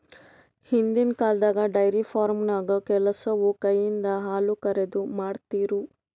ಹಿಂದಿನ್ ಕಾಲ್ದಾಗ dairy farming ಕೆಲಸವು ಕೈಯಿಂದ ಹಾಲುಕರೆದು, ಮಾಡ್ತಿರು